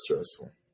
stressful